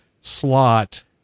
slot